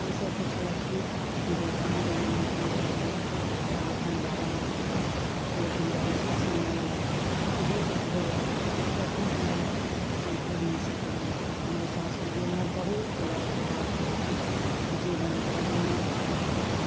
अइसे पुछलखिन जे अहाँके नाम की भेल इएहे सभ पता अपन बारेमे पुछला लेकिन जहन सासुरमे अयलहुँ जे दुख देला उ कभी हमरा हम भुलि नहि सकलहुँ हँ हमर सासू जी हमरा बहुत उलाउ चुलाउ केला जीवन तऽ एहन नरक बना देला